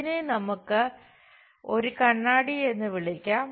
ഇതിനെ നമുക്ക് ഒരു കണ്ണാടി എന്ന് വിളിക്കാം